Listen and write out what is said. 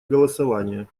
голосование